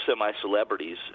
semi-celebrities